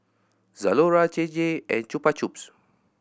Zalora J J and Chupa Chups